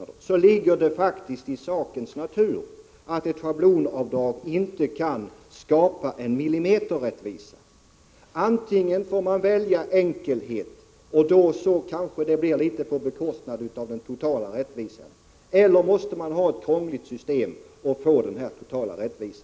Det ligger i sakens natur att ett schablonavdrag inte kan skapa millimeterrättvisa. Antingen får man välja enkelheten på bekostnad av total rättvisa, eller också får man införa ett krångligt system som ger total rättvisa.